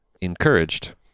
encouraged